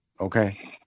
Okay